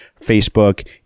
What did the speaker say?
Facebook